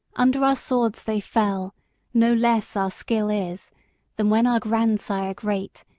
under our swords they fell no less our skill is then when our grandsire great,